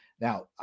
Now